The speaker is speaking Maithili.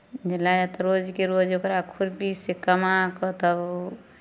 मिला तऽ रोजके रोज ओकरा खुरपीसँ कमा कऽ तब ओ